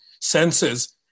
senses